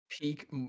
peak